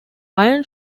iron